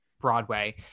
Broadway